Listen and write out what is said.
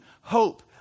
hope